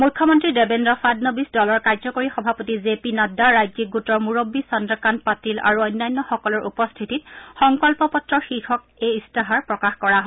মুখ্যমন্ত্ৰী দেৱেজ্ৰ ফাড়নবিচ দলৰ কাৰ্যকৰী সভাপতি জেপি নাড্ডা ৰাজ্যিক গোটৰ মুৰববী চন্দ্ৰকান্ত পাটিল আৰু অন্যান্যসকলৰ উপস্থিতিত সংকল্প পত্ৰ শীৰ্যক এই ইস্তাহাৰ প্ৰকাশ কৰা হয়